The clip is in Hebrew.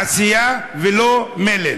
עשייה, ולא מלל.